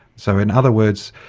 so in other words,